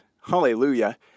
Hallelujah